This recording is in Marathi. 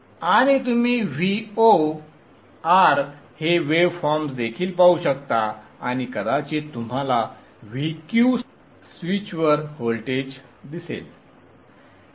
आणि तुम्ही Vo R हे वेव फॉर्म्स देखील पाहू शकता आणि कदाचित तुम्हाला Vq स्विच स्विचवर व्होल्टेज दिसेल